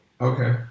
Okay